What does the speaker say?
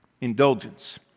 Indulgence